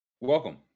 Welcome